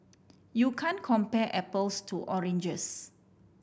you can't compare apples to oranges